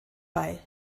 bei